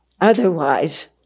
Otherwise